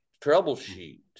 troubleshoot